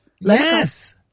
Yes